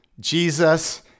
Jesus